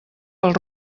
pel